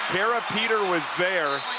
kara peter was there,